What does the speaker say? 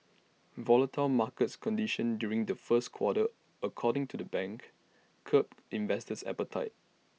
volatile markets conditions during the first quarter according to the bank curbed investors appetite